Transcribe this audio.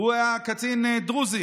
שהיה קצין דרוזי